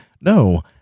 no